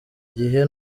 gihe